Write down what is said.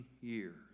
years